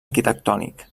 arquitectònic